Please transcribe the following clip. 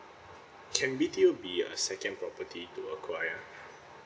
can B_T_O be a second property to a